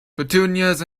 petunias